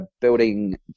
Building